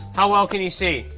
how well can you see?